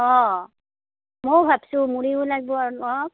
অ' মইও ভাবিছোঁ মুৰিও লাগিব নহয়